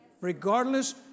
Regardless